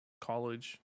college